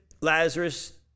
Lazarus